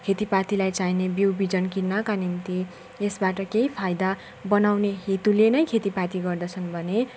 खेतीपातीलाई चाहिने बिउबिजन किन्नका निम्ति यसबाट केेही फायदा बनाउने हेतुले नै खेतीपाती गर्दछन् भने